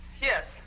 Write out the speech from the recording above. Yes